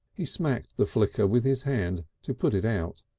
he smacked the flicker with his hand to put it out,